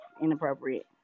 inappropriate